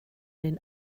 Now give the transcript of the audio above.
den